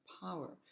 power